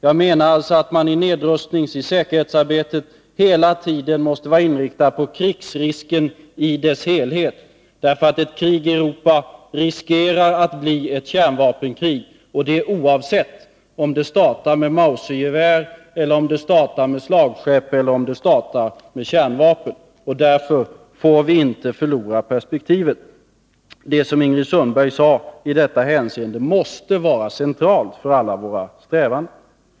Jag menar alltså att man i nedrustningsoch säkerhetsarbetet hela 22 november 1982 tiden måste inrikta sig på krigsrisken i dess helhet. Ett krig i Europa innebär en risk för kärnvapenkrig oavsett om det startar med mausergevär, slagskepp eller kärnvapen. Därför får vi inte förlora perspektivet. Det som Ingrid Sundberg sade i detta hänseende måste vara centralt för alla våra strävanden.